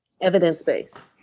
Evidence-based